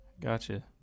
Gotcha